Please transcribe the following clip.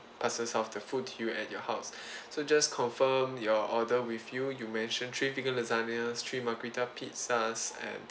passes off the food to you at your house so just confirm your order with you you mentioned three vegan lasagne three margarita pizzas and